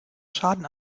schaden